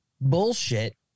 bullshit